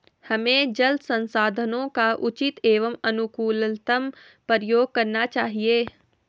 हमें जल संसाधनों का उचित एवं अनुकूलतम प्रयोग करना चाहिए